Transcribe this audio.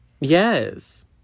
Yes